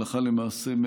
הלכה למעשה,